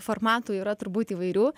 formatų yra turbūt įvairių